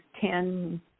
ten